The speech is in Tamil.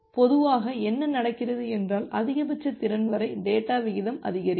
எனவே பொதுவாக என்ன நடக்கிறது என்றால் அதிகபட்ச திறன் வரை டேட்டா விகிதம் அதிகரிக்கும்